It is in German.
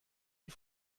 die